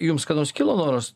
jums kada nors kilo noras